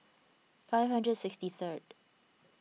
five hundred sixty third